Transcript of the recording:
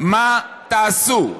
מה תעשו?